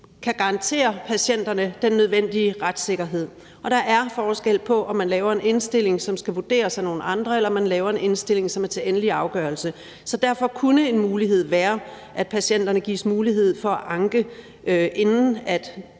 kan garantere patienterne den nødvendige retssikkerhed. Og der er forskel på, om man laver en indstilling, som skal vurderes af nogle andre, eller om man laver en indstilling, som er til endelig afgørelse. Derfor kunne en mulighed være, at patienterne gives mulighed for at anke, inden man